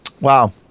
Wow